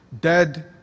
Dead